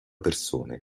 persone